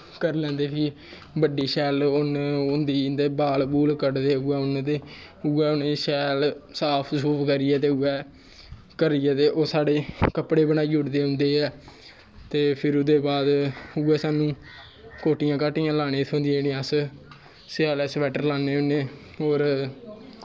करी लैंदे फ्ही इं'दी बड़ी शैल होंदी उन्न बाल बूल कटदे उ'ऐ उन्न ते उ'ऐ उ'नें शैल साफ सूफ करियै ते उ'नें उ'ऐ करियै कपड़े बनाई ओड़दे उं'दे गै ते फिर ओह्दे बाद उ'ऐ सानू कोट्टियां काट्टियां लान्नें गी थ्होंदियां अस स्यालै स्वैट्टर लान्ने होन्नें और